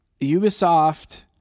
Ubisoft